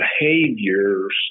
behaviors